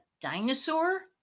dinosaur